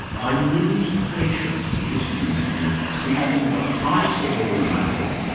i lose patience listening to you treating the highest of all matters,